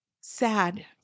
sad